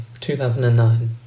2009